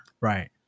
Right